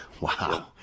Wow